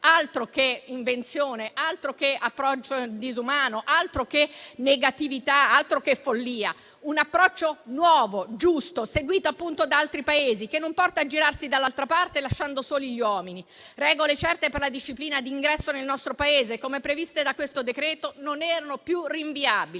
altro che invenzione, altro che approccio disumano, altro che negatività, altro che follia. È un approccio nuovo, giusto, seguito da altri Paesi, che non porta a girarsi dall'altra parte lasciando soli gli uomini. Regole certe per la disciplina d'ingresso nel nostro Paese, come previste dal decreto-legge in esame, non erano più rinviabili.